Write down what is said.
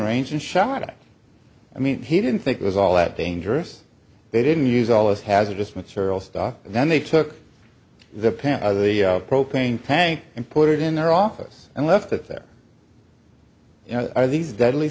range and shot it i mean he didn't think it was all that dangerous they didn't use all this hazardous material stuff and then they took the pan of the propane tank and put it in their office and left it there are these deadly